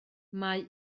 mae